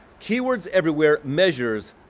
keywords everywhere measures,